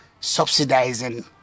subsidizing